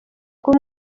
kuba